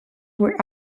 were